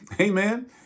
Amen